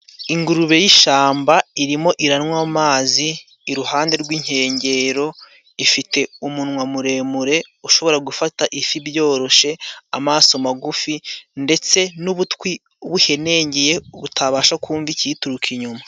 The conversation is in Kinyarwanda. Ingurube y'ishyamba irimo iranywa amazi iruhande rw'inkengero. Ifite umunwa muremure ushobora gufata ifi byoroshye, amaso magufi ndetse n'ugutwi guhenengeye, butabasha kumva ikiyituruka inyuma.